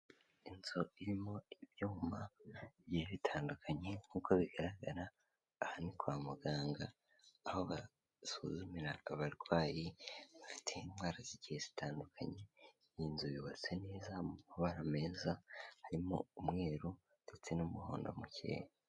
Inzu irimo ibyuma bigiye bitandukanye nkuko bigaragara, aha ni kwa muganga aho basuzumiraga abarwayi bafite indwara zigiye zitandukanye. Ni inzu yubatse neza mu mabara meza, harimo umweru ndetse n'umuhondo mukeya.